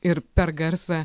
ir per garsą